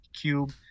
cube